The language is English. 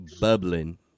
bubbling